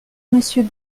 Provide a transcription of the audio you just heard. monsieur